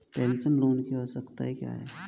Personal loan की आवश्यकताएं क्या हैं?